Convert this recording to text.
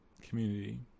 community